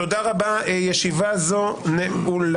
תודה רבה ישיבה זו נעולה.